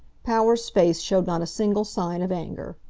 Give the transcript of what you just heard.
power's face showed not a single sign of anger.